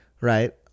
right